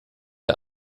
der